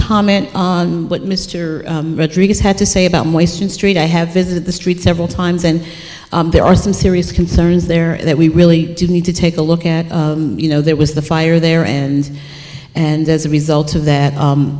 comment on what mr rodriguez had to say about st i have visited the street several times and there are some serious concerns there that we really do need to take a look at you know there was the fire there and and as a result of that